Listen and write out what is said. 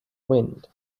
wind